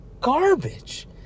garbage